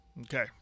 Okay